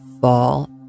fall